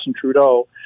Trudeau